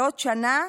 בעוד שנה,